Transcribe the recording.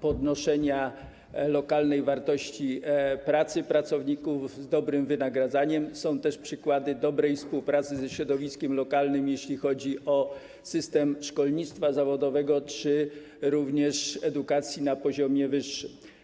podnoszenia lokalnej wartości pracy pracowników z dobrym wynagradzaniem, są też przykłady dobrej współpracy ze środowiskiem lokalnym, jeśli chodzi o system szkolnictwa zawodowego czy, również, edukacji na poziomie wyższym.